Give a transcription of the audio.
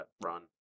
run